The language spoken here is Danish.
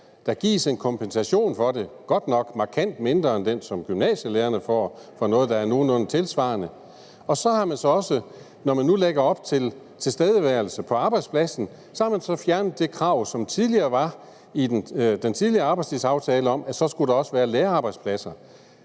Der gives en kompensation for det, godt nok markant mindre end den, som gymnasielærerne får for noget, der er nogenlunde tilsvarende, og så har man så også, når man nu lægger op til tilstedeværelse på arbejdspladsen, fjernet det krav, som var i den tidligere arbejdstidsaftale om, at der så også skulle være lærerarbejdspladser.